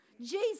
Jesus